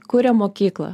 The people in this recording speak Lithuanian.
kurią mokyklą